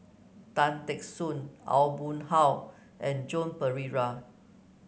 Tan Teck Soon Aw Boon Haw and Joan Pereira